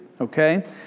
okay